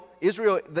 Israel